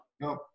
no